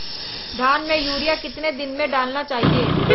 धान में यूरिया कितने दिन में डालना चाहिए?